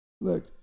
Look